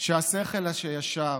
שהשכל הישר